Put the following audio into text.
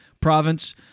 province